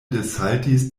desaltis